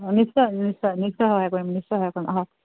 অ নিশ্চয় নিশ্চয় নিশ্চয় সহায় কৰিম নিশ্চয় সহায় কৰিম আহক